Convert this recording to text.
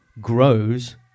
grows